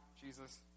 Jesus